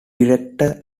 director